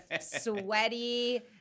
sweaty